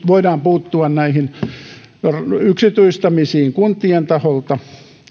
voidaan puuttua näihin yksityistämisiin kuntien taholta